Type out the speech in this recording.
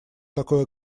такое